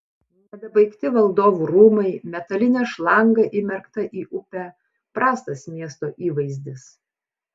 nedabaigti valdovų rūmai metalinė šlanga įmerkta į upę prastas miesto įvaizdis